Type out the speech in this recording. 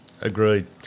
Agreed